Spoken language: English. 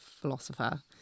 philosopher